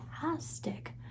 fantastic